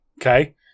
Okay